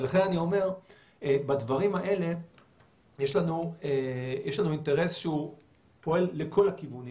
ולכן אני אומר שבדברים האלה יש לנו אינטרס שפועל לכל הכיוונים